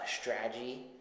strategy